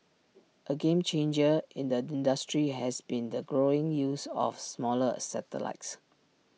A game changer in the industry has been the growing use of smaller satellites